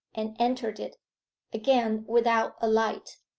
and entered it again without a light.